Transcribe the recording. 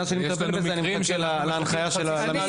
מאז שאני מטפל בזה אני מחכה למסמך של הפרקליטות.